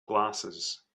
glasses